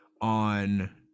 on